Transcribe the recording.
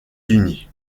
unis